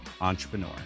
Entrepreneur